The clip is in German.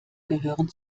gehören